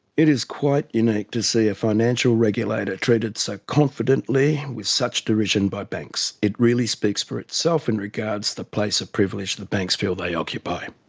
it is quite unique to see a financial regulator treated so confidently with such derision by banks. it really speaks for itself in regards the place of privilege the banks feel they occupy.